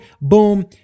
boom